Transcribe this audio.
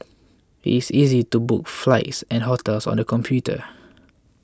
it is easy to book flights and hotels on the computer